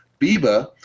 Biba